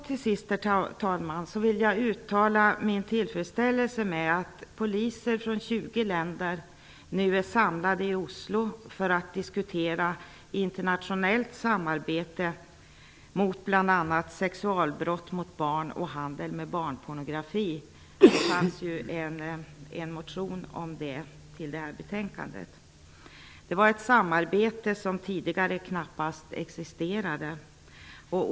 Till sist, herr talman, vill jag uttala min tillfredsställelse med att poliser från 20 länder nu är samlade i Oslo för att diskutera internationellt samarbete om bl.a. sexualbrott mot barn och handel med barnpornografi. Det finns en motion om detta fogad till betänkandet. Det är ett samarbete som tidigare knappast existerat.